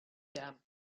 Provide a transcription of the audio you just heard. dam